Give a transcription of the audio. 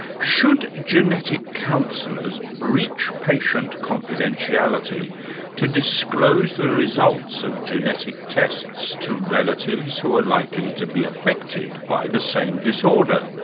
should genetic counsellors breach patient confidentiality to disclose the results of genetic tests to relatives who are likely to be affected by the same disorder?